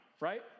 right